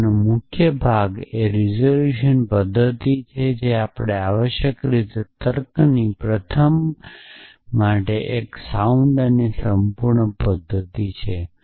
અને આનો મુખ્યભાગ એ રીઝોલ્યુશન પદ્ધતિ છે જે આવશ્યક રીતે તર્કની પ્રથમ માટે એક સાઉન્ડ અને સંપૂર્ણ પદ્ધતિ છે